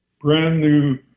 brand-new